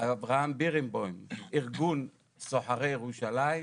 אברהם בירנבוים מארגון סוחרי ירושלים.